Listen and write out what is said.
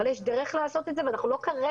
אבל יש דרך לעשות את זה ואנחנו לא כרגע